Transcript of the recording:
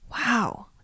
wow